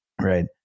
right